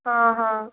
ହଁ ହଁ